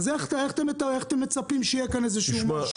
אז איך אתם מצפים שיהיה כאן איזשהו משהו?